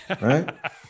Right